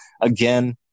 again